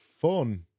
fun